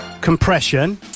compression